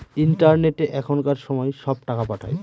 ইন্টারনেটে এখনকার সময় সব টাকা পাঠায়